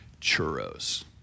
churros